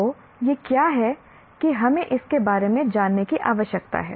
तो यह क्या है कि हमें इसके बारे में जानने की आवश्यकता है